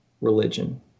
religion